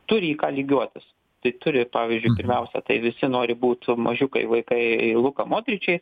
turi į ką lygiuotis tai turi pavyzdžiui pirmiausia tai visi nori būt mažiukai vaikai luka motriči